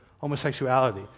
homosexuality